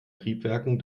triebwerken